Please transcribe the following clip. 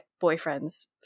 boyfriend's